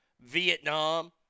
Vietnam